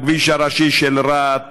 בכביש הראשי של רהט